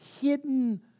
hidden